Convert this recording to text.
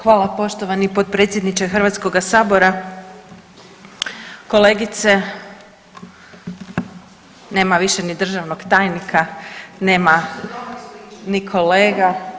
Hvala poštovani potpredsjedniče Hrvatskoga sabora, kolegice, nema više ni državnog tajnika, nema ni kolega.